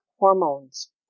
Hormones